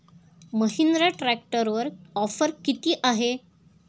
महिंद्रा ट्रॅक्टरवर ऑफर किती आहे?